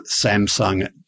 Samsung